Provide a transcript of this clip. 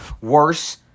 worse